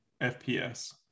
FPS